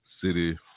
City